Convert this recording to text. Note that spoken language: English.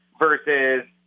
versus